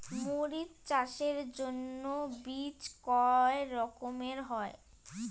মরিচ চাষের জন্য বীজ কয় রকমের হয়?